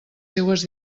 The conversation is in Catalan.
seues